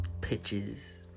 Pitches